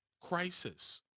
crisis